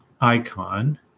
icon